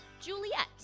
Juliet